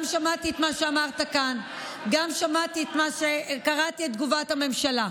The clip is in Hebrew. גם שמעתי את מה שאמרת כאן וגם קראתי את תגובת הממשלה.